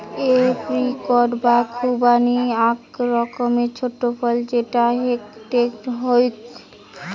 apricot বা খুবানি আক রকমের ছোট ফল যেটা হেংটেং হউক